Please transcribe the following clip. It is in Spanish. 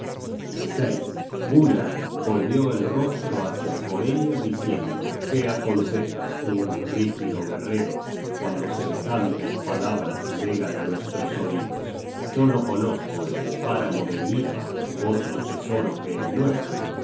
gunnar volvió el rostro hácia hoenio diciendo qué aconsejas tú rígido guerrero cuando semejantes palabras llegan á nuestros oidos yo no conozco en el páramo de gnipa otro tesoro que el nuestro